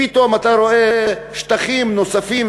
פתאום אתה רואה שטחים נוספים,